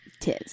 Tis